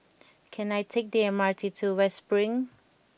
can I take the M R T to West Spring